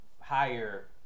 higher